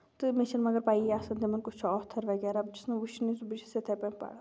تہٕ مےٚ چھنہٕ مگر پَیی آسان تِمن کُس چھُ اوتھر وغیرہ بہٕ چھَس نہ وٕچھنہِ سُہ بہٕ چھَس سُہ یِتھٕے پٲٹھۍ پَران